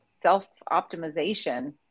self-optimization